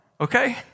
okay